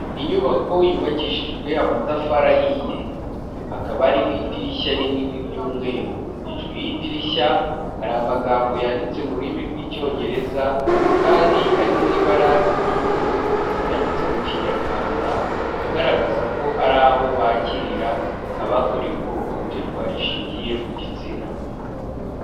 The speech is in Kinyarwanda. Inyubako yubakishijwe amatafari ahiye, hakaba ariho idirishya rinini ry'umweru hejuru y'idirishya hari amagambo yanditse mu rurimi rw'icyongereza n'andi ari mu ibara ry'ubururu yanditse mu kinyarwanda, agaragaza ko ari aho bakirira abakorewe ihohoterwa rishingiye ku gitsina.